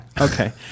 Okay